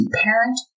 parent